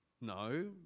no